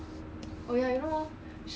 oh ya that's why she say she want to pay right